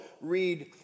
read